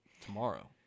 tomorrow